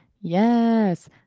Yes